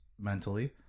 mentally